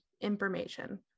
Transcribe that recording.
information